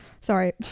Sorry